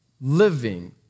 living